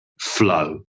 flow